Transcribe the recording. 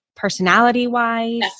personality-wise